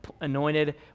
anointed